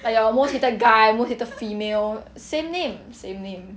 !aiya! most hated guy most hated female same name same name